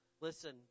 Listen